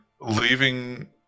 leaving